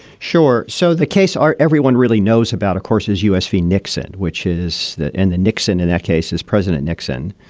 sure. so the case are everyone really knows about, of course, is u s. v. nixon, which is in the nixon in that case as president nixon.